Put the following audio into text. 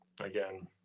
again